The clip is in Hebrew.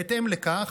בהתאם לכך,